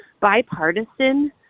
bipartisan